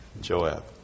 Joab